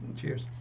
Cheers